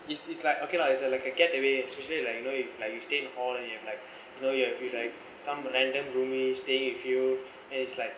is is like okay lah it's like a getaway especially like you know if like you stay in hall then you have like you know you have be like some random roomie staying with you and it's like